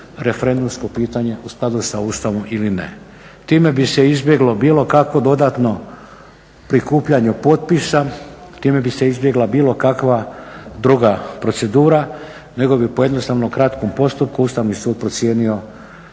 referendumsko pitanje u skladu sa Ustavom ili ne. Time bi se izbjeglo bilo kakvo dodatno prikupljanje potpisa, time bi se izbjegla bilo kakva druga procedura nego bi po jednostavno kratkom postupku Ustavni sud procijenio